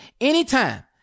anytime